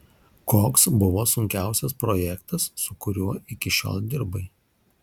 koks buvo sunkiausias projektas su kuriuo iki šiol dirbai